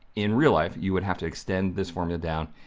in real life you would have to extend this format down,